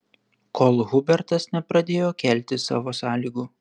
kol hubertas nepradėjo kelti savo sąlygų